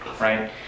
right